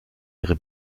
ihre